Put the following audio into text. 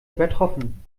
übertroffen